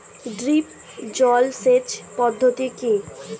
Drip জল সেচ পদ্ধতি কি?